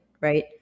Right